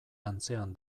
antzean